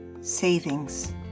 Savings